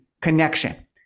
connection